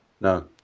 No